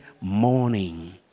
morning